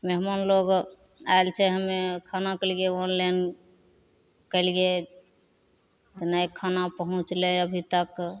मेहमान लोक आएल छै हमे खानाके लिए ऑनलाइन कएलिए तऽ नहि खाना पहुँचलै अभी तक